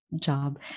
job